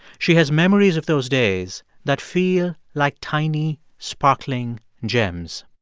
she has memories of those days that feel like tiny, sparkling gems